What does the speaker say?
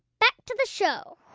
back to the show